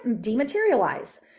dematerialize